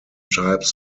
types